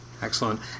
excellent